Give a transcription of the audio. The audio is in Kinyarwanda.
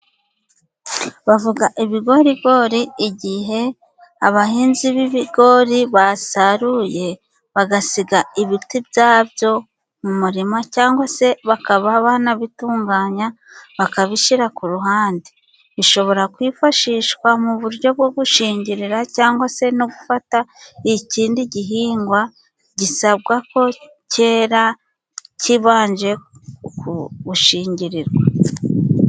Bavuga ibigorigori igihe abahinzi b'ibigori basaruye, bagasiga ibiti byabyo mu murima cyangwa se bakaba banabitunganya bakabishyira ku ruhande. Bishobora kwifashishwa mu buryo bwo gushingirira cyangwa se no gufata ikindi gihingwa gisabwa ko cyera kibanje ku gushingirirwa.